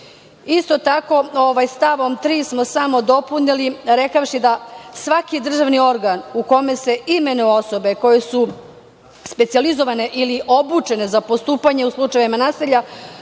mera. Isto tako, stavom 3. smo samo dopunili, rekavši da svaki državni organ u kome se imenuju osobe koje su specijalizovane ili obučene za postupanje u slučajevima nasilja